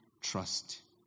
trust